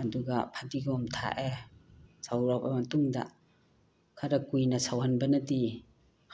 ꯑꯗꯨꯒ ꯐꯗꯤꯒꯣꯝ ꯊꯥꯛꯑꯦ ꯁꯧꯔꯛꯑꯕ ꯃꯇꯨꯡꯗ ꯈꯔ ꯀꯨꯏꯅ ꯁꯧꯍꯟꯕꯅꯗꯤ